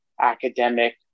academic